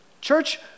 Church